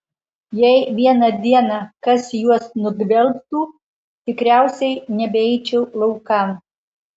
jei vieną dieną kas juos nugvelbtų tikriausiai nebeičiau laukan